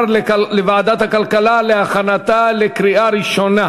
לוועדת הכלכלה להכנתה לקריאה ראשונה.